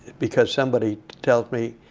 because somebody tells me,